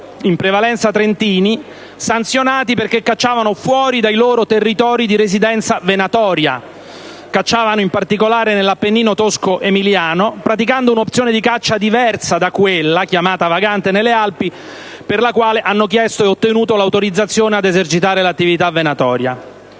in prevalenza trentini, sanzionati perché cacciavano fuori dai loro territori di residenza venatoria (soprattutto nell'Appennino tosco-emiliano), praticando un'opzione di caccia diversa da quella, chiamata «vagante nelle Alpi», per la quale hanno chiesto e ottenuto l'autorizzazione ad esercitare l'attività venatoria.